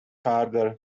harder